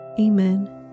Amen